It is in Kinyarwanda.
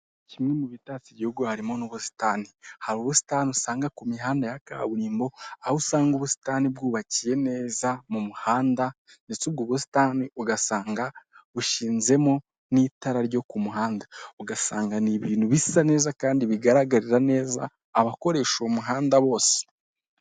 Kimwe mu bitatse igihugu harimo n'ubusitani. Hari ubusitani usanga ku mihanda ya kaburimbo, aho usanga ubusitani bwubakiye neza mu muhanda, ndetse ubwo busitani ugasanga bushinzemo n'itara ryo ku muhanda, ugasanga n’ibintu bisa neza kandi bigaragarira neza abakoresha uwo muhanda bose.